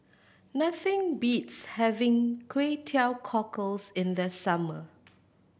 nothing beats having Kway Teow Cockles in the summer